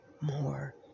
more